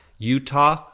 Utah